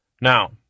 Now